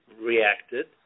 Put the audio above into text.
reacted